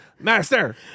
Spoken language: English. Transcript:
Master